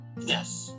Yes